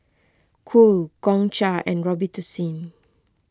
Cool Gongcha and Robitussin